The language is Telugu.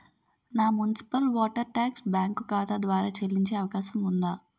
నా మున్సిపల్ వాటర్ ట్యాక్స్ బ్యాంకు ఖాతా ద్వారా చెల్లించే అవకాశం ఉందా?